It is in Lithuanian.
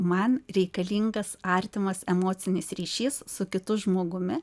man reikalingas artimas emocinis ryšys su kitu žmogumi